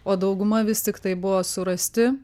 o dauguma vis tiktai buvo surasti